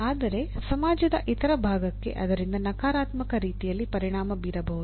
ಆದರೆ ಸಮಾಜದ ಇತರ ಭಾಗಕ್ಕೆ ಅದರಿಂದ ನಕಾರಾತ್ಮಕ ರೀತಿಯಲ್ಲಿ ಪರಿಣಾಮ ಬೀರಬಹುದು